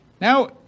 Now